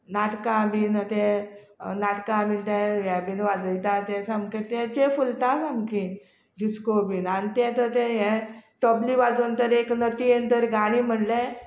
नाटकां बीन ते नाटकां बीन ते हे बीन वाजयता ते सामके ताचे फुलता सामकी डिस्को बीन आनी ते हे तबले वाजोवन तर एक नटयेन तर गाणी म्हणले